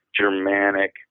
Germanic